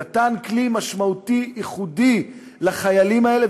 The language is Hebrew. נתן כלי משמעותי ייחודי לחיילים האלה,